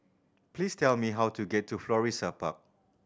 please tell me how to get to Florissa Park